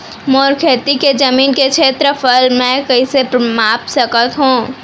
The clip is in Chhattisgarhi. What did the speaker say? मोर खेती के जमीन के क्षेत्रफल मैं कइसे माप सकत हो?